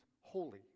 holy